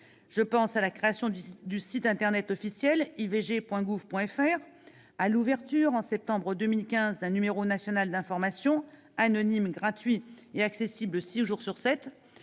le HCE : la création du site internet officiel ivg.gouv.fr ; l'ouverture, en septembre 2015, d'un numéro national d'information, anonyme, gratuit et accessible six jours sur